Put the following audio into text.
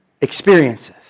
experiences